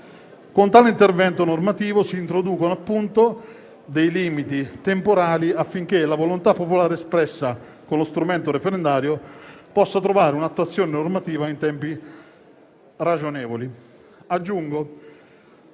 Con tale intervento normativo si introducono dei limiti temporali affinché la volontà popolare espressa con lo strumento referendario possa trovare attuazione normativa in tempi ragionevoli.